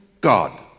God